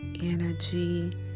energy